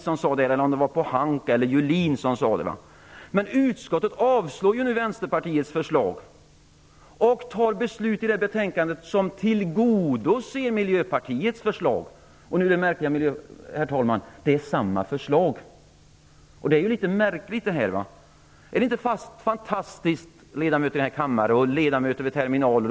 Men utskottet avstyrker Vänsterpartiets förslag och fattar beslut som tillgodoser Miljöpartiets förslag. Nu kommer det märkliga, herr talman: det är samma förslag. Ledamöter här i kammaren och ledamöter vid terminalerna!